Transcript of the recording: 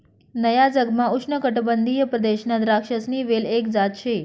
नया जगमा उष्णकाटिबंधीय प्रदेशमा द्राक्षसनी वेल एक जात शे